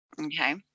okay